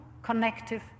connective